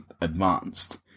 advanced